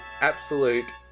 absolute